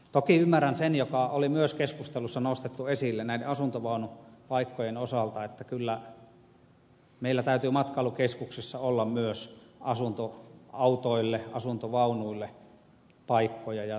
toki ymmärrän sen mikä oli myös keskustelussa nostettu esille näiden asuntovaunupaikkojen osalta että kyllä meillä täytyy matkailukeskuksissa olla myös asuntoautoille ja asuntovaunuille paikkoja